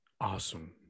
awesome